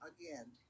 again